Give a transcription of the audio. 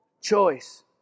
choice